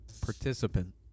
participant